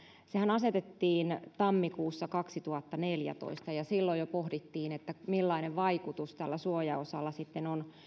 asetettiin tammikuussa kaksituhattaneljätoista ja silloin jo pohdittiin millainen vaikutus tällä suojaosalla on